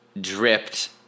dripped